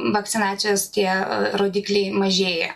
vakcinacijos tie rodikliai mažėja